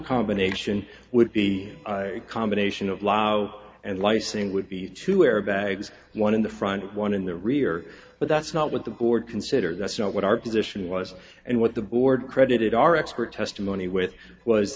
combination would be a combination of law and licensing would be to airbags one in the front one in the rear but that's not what the board considered that's what our position was and what the board credited our expert testimony with was